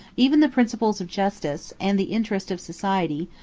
even the principles of justice, and the interest of society,